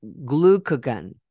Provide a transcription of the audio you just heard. glucagon